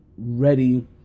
ready